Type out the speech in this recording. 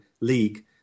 league